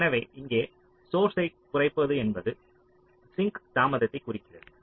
எனவே இங்கே சோர்ஸ் ஐ குறைப்பது என்பது சிங்க் தாமதத்தைக் குறிக்கிறது